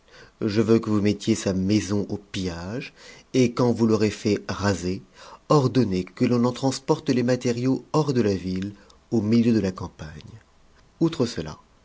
je veux que vous mettiez sa maison au pillage et quand vous l'aurez fait raser ordonnez que l'on en transporte les matériaux hors de la ville au milieu de la campagne outre cela